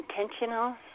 intentional